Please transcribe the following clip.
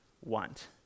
want